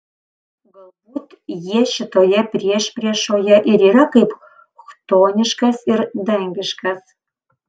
galbūt jie šitoje priešpriešoje ir yra kaip chtoniškas ir dangiškas